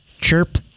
chirp